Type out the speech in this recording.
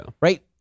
right